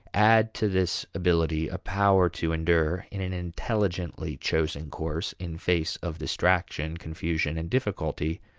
add to this ability a power to endure in an intelligently chosen course in face of distraction, confusion, and difficulty,